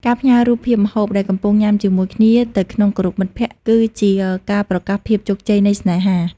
ការផ្ញើរូបភាពម្ហូបដែលកំពុងញ៉ាំជាមួយគ្នាទៅក្នុង Group មិត្តភក្ដិ គឺជាការប្រកាសភាពជោគជ័យនៃស្នេហា។